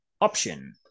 option